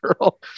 girl